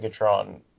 Megatron